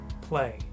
play